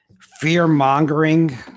fear-mongering